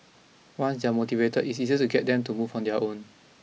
once they are motivated it's easier to get them to move on their own